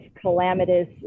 calamitous